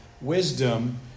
Wisdom